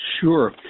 Sure